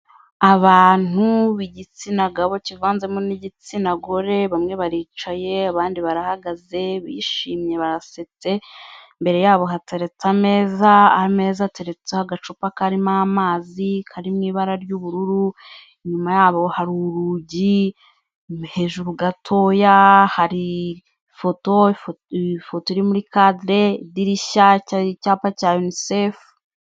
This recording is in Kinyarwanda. Abantu b'igitsina gabo kivanzemo n'igitsina gore, bamwe baricaye abandi barahagaze, bishimye barasetse; imbere yabo hateretse ameza, ameza ateretse agacupa karimo amazi, kari mu ibara ry'ubururu, inyuma yabo hari urugi, hejuru gatoya hari ifoto, ifoto iri muri kadire, idirishya, cyari icyapa cya unicef.